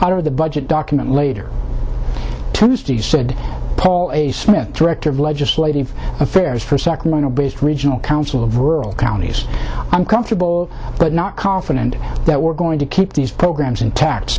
of the budget document later tuesday said paul smith director of legislative affairs for sacramento based regional council of rural counties i'm comfortable but not confident that we're going to keep these programs